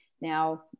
Now